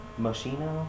Moschino